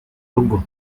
rugo